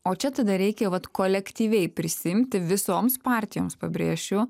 o čia tada reikia vat kolektyviai prisiimti visoms partijoms pabrėšiu